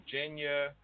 Virginia